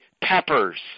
peppers